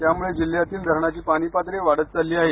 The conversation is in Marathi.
त्याम्ळे जिल्ह्यातील धरणाची पाणी पातळी वाढत आहे